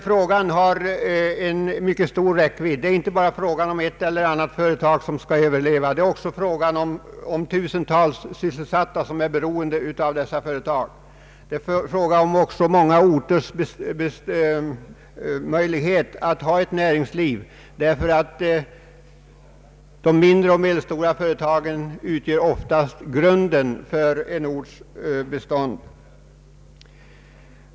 Frågan har mycket stor räckvidd. Det är inte bara fråga om ett eller annat företag som skall överleva, utan det är också fråga om tusentals sysselsatta som är beroende av dessa företag. Vidare är det fråga om många orters möjlighet att ha ett näringsliv, ty de mindre och medelstora företagen utgör oftast grunden för en orts bestånd.